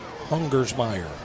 Hungersmeyer